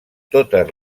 totes